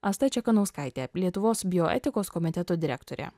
asta čekanauskaitė lietuvos bioetikos komiteto direktorė